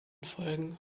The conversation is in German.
folgen